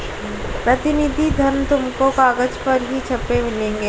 प्रतिनिधि धन तुमको कागज पर ही छपे मिलेंगे